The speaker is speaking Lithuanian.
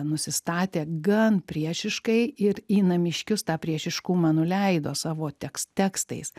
nusistatė gan priešiškai ir į namiškius tą priešiškumą nuleido savo teks tekstais